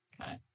Okay